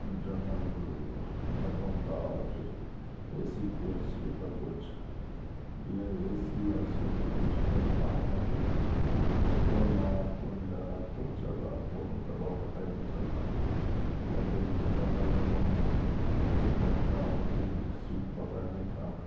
general ڈبوں کا اور پھر A C coach sleeper coach یہ اے سی اور سلیپر کوچ اتنے خاموش رہتے ہیں کون آ رہا کون جا رہا کون چڑھ رہا کون اتر رہا پتہ ہی نہیں چلتا لیکن جنرل ڈبوں میں دھکا مکی سیٹ پکڑنے کا